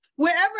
Wherever